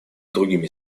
другими